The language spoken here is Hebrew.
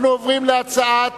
אנחנו עוברים להצעת